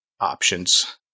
options